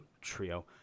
Trio